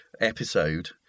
episode